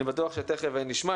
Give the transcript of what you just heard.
אני בטוח שתיכף נשמע.